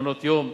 מעונות-יום.